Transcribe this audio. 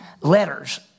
letters